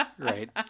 right